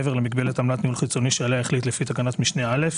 מעבר למגבלת עמלת ניהול חיצוני עליה החליט לפי תקנת משנה (א),